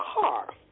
car